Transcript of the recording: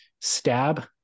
Stab